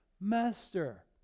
master